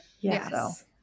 Yes